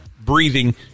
breathing